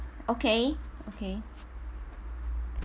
okay okay